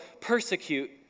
persecute